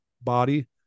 body